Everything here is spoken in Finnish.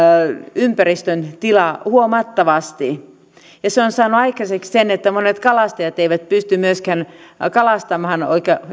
ympäristön tilaa huomattavasti ja se on saanut aikaiseksi sen että monet kalastajat eivät pysty myöskään kalastamaan